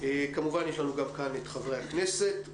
כמובן יש לנו גם כאן את חברי הכנסת,